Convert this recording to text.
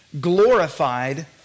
glorified